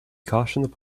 cautioned